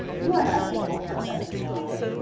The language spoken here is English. you are not able for such a drive.